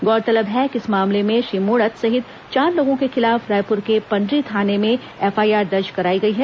गौरतलब है कि इस मामले में श्री मृणत सहित चार लोगों के खिलाफ रायपूर के पंडरी थाने में एफआईआर दर्ज कराई गई है